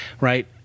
right